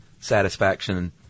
satisfaction